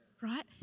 right